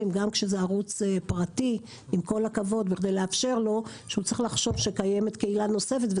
גם כשזה ערוץ פרטי כדי שיחשוב שקיימת קהילה נוספת,